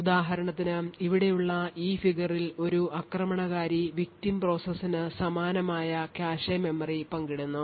ഉദാഹരണത്തിന് ഇവിടെയുള്ള ഈ figure ൽ ഒരു ആക്രമണകാരി victim പ്രോസസ്സിന് സമാനമായ കാഷെ മെമ്മറി പങ്കിടുന്നു